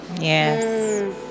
yes